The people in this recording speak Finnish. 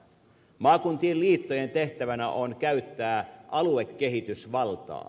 maakuntien liittojen tehtävänä on käyttää aluekehitysvaltaa